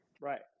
right